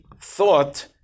thought